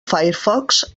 firefox